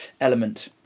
Element